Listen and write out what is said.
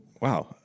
Wow